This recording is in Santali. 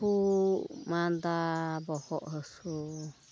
ᱠᱷᱩᱜ ᱢᱟᱸᱫᱟ ᱵᱚᱦᱚᱜ ᱦᱟᱹᱥᱩ